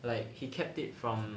like he kept it from